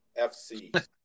FC